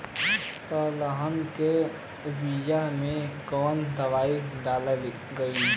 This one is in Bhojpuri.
तेलहन के बिया मे कवन दवाई डलाई?